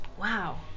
wow